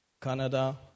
Canada